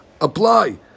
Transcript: apply